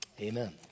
Amen